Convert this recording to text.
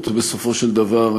בסופו של דבר,